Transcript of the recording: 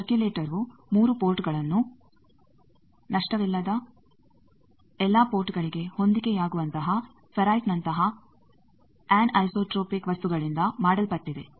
ಸರ್ಕ್ಯುಲೇಟರ್ವು 3 ಪೋರ್ಟ್ಗಳನ್ನು ನಷ್ಟವಿಲ್ಲದ ಎಲ್ಲಾ ಪೋರ್ಟ್ಗಳಿಗೆ ಹೊಂದಿಕೆಯಾಗುವಂತಹ ಫೆರೈಟ್ನಂತಹ ಆನ್ಐಸೋಟ್ರೋಪಿಕ್ ವಸ್ತುಗಳಿಂದ ಮಾಡಲ್ಪಟ್ಟಿದೆ